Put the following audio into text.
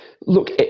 look